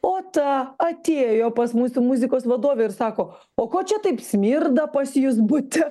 o ta atėjo pas mūsų muzikos vadovę ir sako o ko čia taip smirda pas jus bute